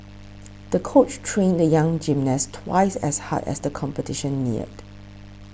the coach trained the young gymnast twice as hard as the competition neared